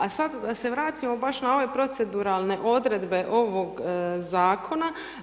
A sad da se vratimo baš na ove proceduralne odredbe ovog zakona.